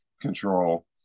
control